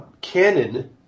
canon